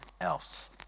else